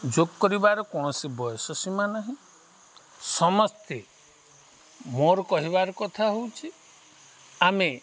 ଯୋଗ କରିବାର କୌଣସି ବୟସ ସୀମା ନାହିଁ ସମସ୍ତେ ମୋର କହିବାର କଥା ହଉଚି ଆମେ